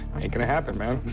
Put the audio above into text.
ain't going to happen, man.